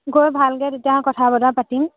গৈ ভালকৈ তেতিয়া কথা বতৰা পাতিম